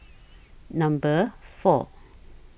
Number four